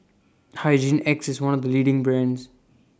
Hygin X IS one of The leading brands